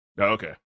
Okay